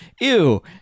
ew